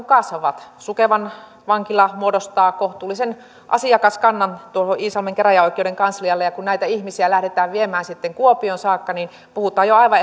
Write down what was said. kasvavat sukevan vankila muodostaa kohtuullisen asiakaskannan tuohon iisalmen käräjäoikeuden kanslialle ja kun näitä ihmisiä lähdetään viemään sitten kuopioon saakka niin puhutaan jo aivan